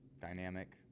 dynamic